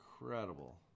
incredible